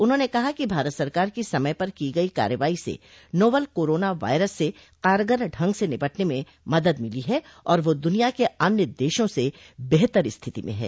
उन्होंने कहा कि भारत सरकार की समय पर की गई कार्रवाई से नोवल कोरोना वायरस से कारगर ढंग से निपटने में म दद मिली है और वह दुनिया के अन्य देशों से बेहतर स्थिति में है